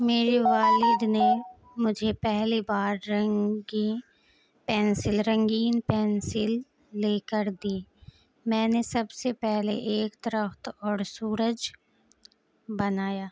میرے والد نے مجھے پہلی بار رنگی پینسل رنگین پینسل لے کر دی میں نے سب سے پہلے ایک درخت اور سورج بنایا